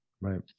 Right